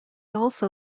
also